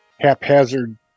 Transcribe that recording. haphazard